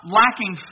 lacking